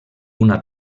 una